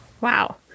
Wow